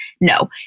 No